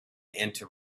into